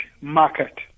market